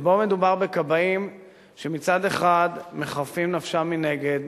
שבו מדובר בכבאים שמצד אחד מחרפים נפשם מנגד,